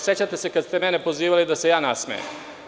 Sećate se kada ste mene pozivali da se ja nasmejem.